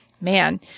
man